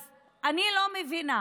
אז אני לא מבינה,